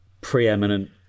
preeminent